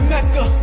Mecca